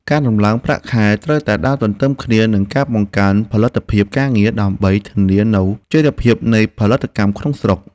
ការដំឡើងប្រាក់ខែត្រូវតែដើរទន្ទឹមគ្នានឹងការបង្កើនផលិតភាពការងារ គឺដើម្បីធានានូវចីរភាពនៃផលិតកម្មក្នុងស្រុក។